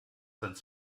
seinen